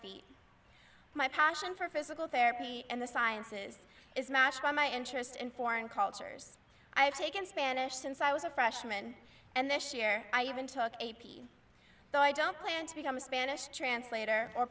feet my passion for physical therapy and the sciences is matched by my interest in foreign cultures i have taken spanish since i was a freshman and this year i even took a p though i don't plan to become a spanish translator or